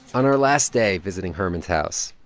on our last day visiting herman's house,